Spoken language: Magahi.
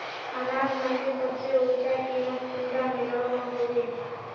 अनाज मंडीत सबसे ऊँचा कीमत कुंडा मिलोहो होबे?